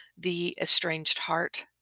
theestrangedheart